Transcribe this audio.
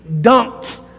dumped